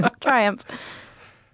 triumph